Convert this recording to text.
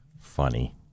Funny